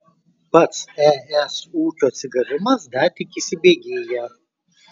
pats es ūkio atsigavimas dar tik įsibėgėja